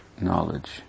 knowledge